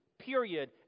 Period